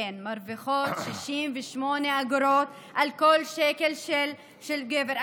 כן, מרוויחות 68 אגורות על כל שקל של גבר.